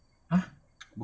!huh!